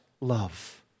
love